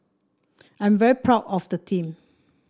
I'm very proud of the team